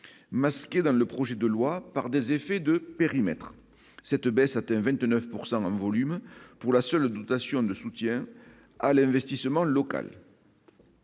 masqué dans le projet de loi par des effets de périmètre cette baisse atteint 29 pourcent même volume pour la seule notation de soutien à l'investissement local.